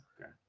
okay